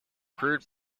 crude